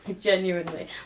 genuinely